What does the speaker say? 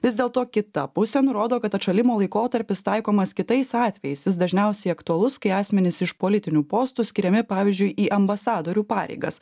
vis dėlto kita pusė nurodo kad atšalimo laikotarpis taikomas kitais atvejais jis dažniausiai aktualus kai asmenys iš politinių postų skiriami pavyzdžiui į ambasadorių pareigas